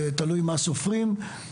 תלוי מה סופרים,